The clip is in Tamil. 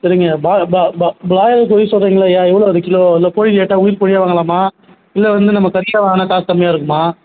சரிங்கய்யா பா பா பா ப்ராய்லர் கோழின்னு சொல்றீங்களய்யா எவ்வளோ அது கிலோ இல்ல கோழி கேட்டால் உயிர் கோழியாக வாங்கலாமா இல்லை வந்து நம்ம தனியாக வாங்கினா காசு கம்மியாக இருக்குமா